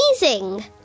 amazing